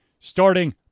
Starting